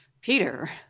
Peter